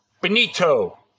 Benito